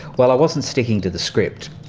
well, i wasn't sticking to the script.